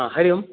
आ हरि ओम्